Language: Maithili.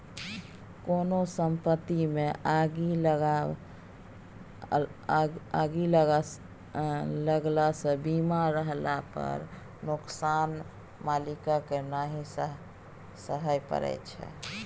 कोनो संपत्तिमे आगि लगलासँ बीमा रहला पर नोकसान मालिककेँ नहि सहय परय छै